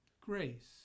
grace